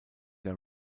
der